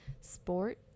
sport